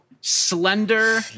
slender